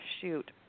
shoot